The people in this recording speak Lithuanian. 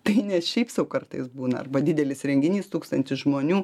tai ne šiaip sau kartais būna arba didelis renginys tūkstantis žmonių